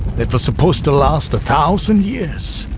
that was supposed to last a thousand years,